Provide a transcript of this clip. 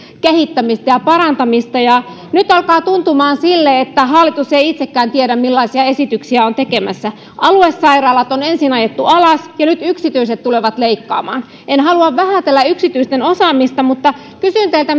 kehittämistä ja parantamista nyt alkaa tuntumaan siltä että hallitus ei itsekään tiedä millaisia esityksiä se on tekemässä aluesairaalat on ensin ajettu alas ja nyt yksityiset tulevat leikkaamaan en halua vähätellä yksityisten osaamista mutta kysyn teiltä